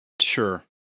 Sure